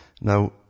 Now